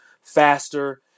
faster